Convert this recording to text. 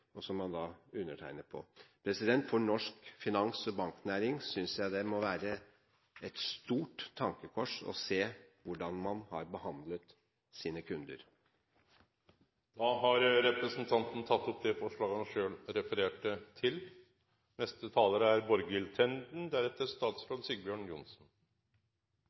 skriftlig, som man da undertegner på. For norsk finans- og banknæring synes jeg det må være et stort tankekors å se hvordan man har behandlet sine kunder. Representanten Hans Olav Syversen har tatt opp det forslaget han refererte til. Jeg vil bruke anledningen til å ta opp to ting i mitt innlegg. Det ene er